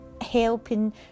helping